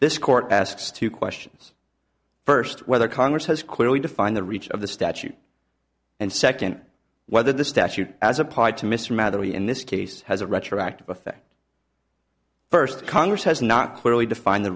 this court asks two questions first whether congress has clearly defined the reach of the statute and second whether the statute as applied to mr madly in this case has a retroactive effect first congress has not clearly defined the